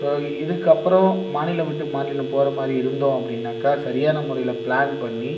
so இதுக்கப்புறம் மாநிலம் விட்டு மாநிலம் போகிற மாதிரி இருந்தோம் அப்படினாக்கா சரியான முறையில ப்ளான் பண்ணி